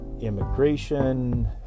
Immigration